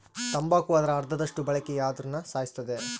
ತಂಬಾಕು ಅದರ ಅರ್ಧದಷ್ಟು ಬಳಕೆದಾರ್ರುನ ಸಾಯಿಸುತ್ತದೆ